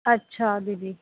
अच्छा दीदी